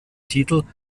titel